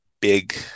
big